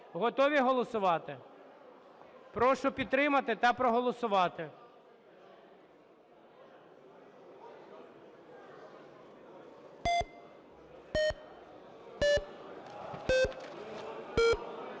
Готові голосувати? Прошу підтримати та проголосувати.